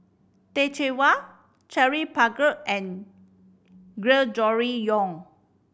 Teh Cheang Wan Paglar and Gregory Yong